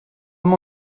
mañ